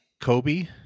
Kobe